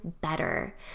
better